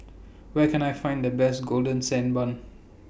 Where Can I Find The Best Golden Sand Bun